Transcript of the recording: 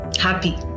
happy